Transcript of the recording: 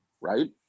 right